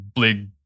big